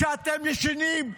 כשאתם ישנים,